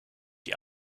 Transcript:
die